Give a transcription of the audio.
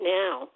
now